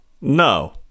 No